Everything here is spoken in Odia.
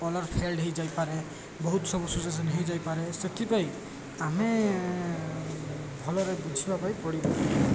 କଲର୍ ଫେଡ଼୍ ହୋଇଯାଇପାରେ ବହୁତ ସବୁ ସିଚୁଏସନ୍ ହୋଇଯାଇପାରେ ସେଥିପାଇଁ ଆମେ ଭଲରେ ବୁଝିବା ପାଇଁ ପଡ଼ିବ